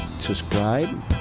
subscribe